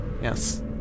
Yes